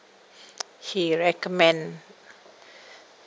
he recommend